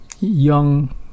young